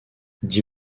dix